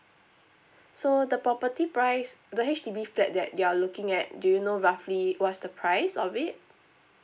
so the property price the H_D_B flat that that you are looking at do you know roughly what is the price of it